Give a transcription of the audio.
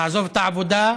לעזוב את העבודה,